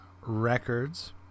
Records